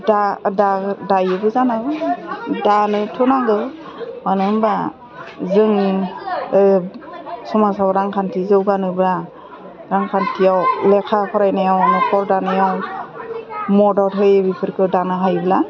दायोबो जानो हागौ दानोथ' नांगौ मानो होनबा जों समाजाव रांखान्थि जौगानोबा रांखान्थियाव लेखा फरायनायाव नख'र दानायाव मदद होयो बेफोरखौ दानो हायोब्ला